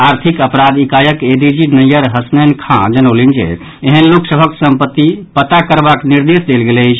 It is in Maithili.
आर्थिक अपराध इकाईक एडीजी नैयर हसनैन खां जनौलनि जे ऐहन लोक सभक सम्पत्ति पता करबाक निर्देश देल गेल अछि